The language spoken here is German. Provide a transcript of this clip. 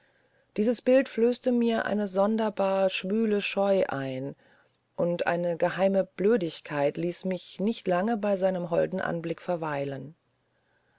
dieses bild flößte mir eine sonderbar schwüle scheu ein und eine geheime blödigkeit ließ mich nicht lange bei seinem holden anblick verweilen